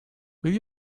will